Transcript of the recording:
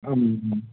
आम्